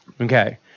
Okay